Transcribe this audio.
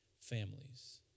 families